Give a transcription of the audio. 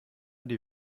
die